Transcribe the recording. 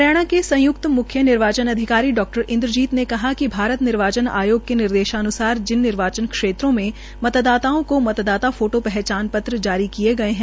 हरियाणा के संय्क्त म्ख्य निर्वाचन अधिकारी डॉ इन्द्र जीत ने कहा कि भारत निर्वाचन आयोग के निर्देशान्सार जिन निर्वाचन क्षेत्रों में मतदाताओं को मतदाता फोटो पहचान पत्र जारी किए गए हैं